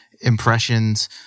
impressions